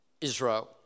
Israel